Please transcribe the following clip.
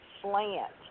slant